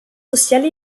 sociales